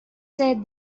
said